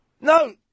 No